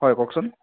হয় কওকচোন